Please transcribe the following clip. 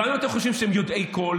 גם אם אתם חושבים שאתם יודעי כול